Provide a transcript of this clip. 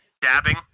Dabbing